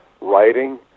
writing